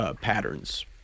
patterns